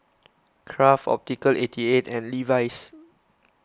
Kraft Optical eighty eight and Levi's